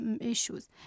issues